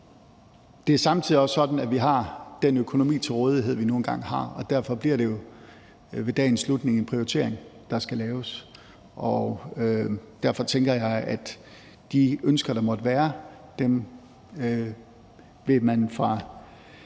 Det er samtidig også sådan, at vi har den økonomi til rådighed, vi nu engang har, og derfor bliver det jo ved dagens slutning en prioritering, der skal laves. Derfor tænker jeg, at man fra ordførerens og andres